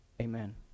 Amen